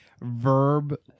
verb